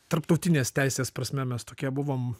tarptautinės teisės prasme mes tokie buvom